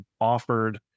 offered